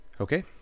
Okay